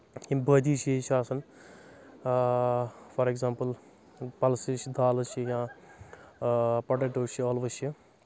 یِم بٲدی چیٖز چھِ آسان فار ایٚگزامپٕل پلسٕز چھِ دالٔز چھِ یا پڑٹو چھِ ٲلوٕ چھِ